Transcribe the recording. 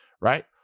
right